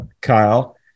Kyle